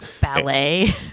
ballet